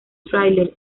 thriller